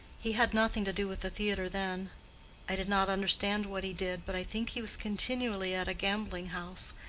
he had nothing to do with the theatre then i did not understand what he did, but i think he was continually at a gambling house,